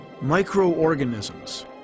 microorganisms